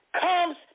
comes